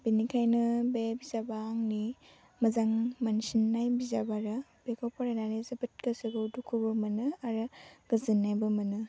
बेनिखायनो बे बिजाबा आंनि मोजां मोनसिन्नाय बिजाब आरो बेखौ फरायनानै जोबोद गोसोखौ दुखुबो मोनो आरो गोजोन्नायबो मोनो